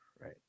Right